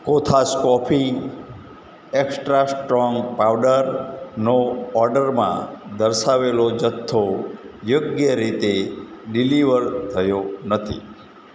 Kothas coffee extra strong પાવડરનો ઓર્ડરમાં દર્શાવેલો જથ્થો યોગ્ય રીતે ડીલિવર થયો નથી